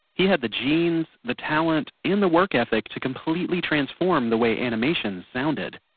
he had the genes, the talent, and the work ethic to completely transform the way animation sounded.